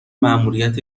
ماموریت